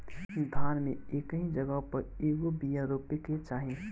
धान मे एक जगही पर कएगो बिया रोपे के चाही?